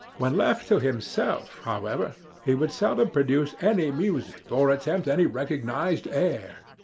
when left to himself, however, he would seldom produce any music or attempt any recognized air.